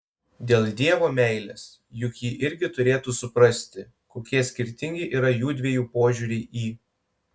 dėl dievo meilės juk ji irgi turėtų suprasti kokie skirtingi yra jųdviejų požiūriai į